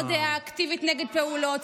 זו לא דעה אקטיבית נגד פעולות.